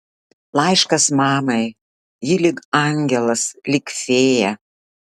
laiškas mamai ji lyg angelas lyg fėja